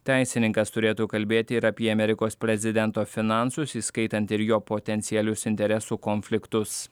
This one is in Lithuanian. teisininkas turėtų kalbėti ir apie amerikos prezidento finansus įskaitant ir jo potencialius interesų konfliktus